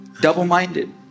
Double-minded